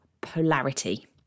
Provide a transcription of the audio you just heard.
polarity